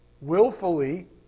willfully